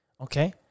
Okay